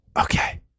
Okay